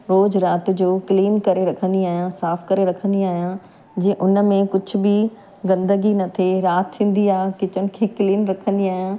रोज़ु राति जो क्लीन करे रखंदी आहियां साफ़ु करे रखंदी आहियां जीअं उन में कुझु बि गंदगी न थिए राति थींदी आहे किचन खे क्लीन रखंदी आहियां